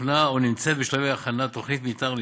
הוכנה או נמצאת בשלבי הכנה תוכנית מתאר ליישוב.